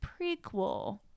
prequel